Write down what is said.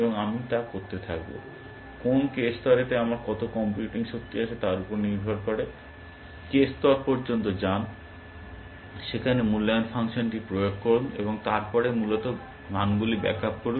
এবং আমি তা করতে থাকব কোন k স্তরেতে আমার কত কম্পিউটিং শক্তি আছে তার উপর নির্ভর করে k স্তর পর্যন্ত যান সেখানে মূল্যায়ন ফাংশনটি প্রয়োগ করুন এবং তারপরে মূলত মানগুলি ব্যাক আপ করুন